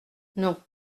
non